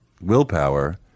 willpower